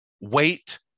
Wait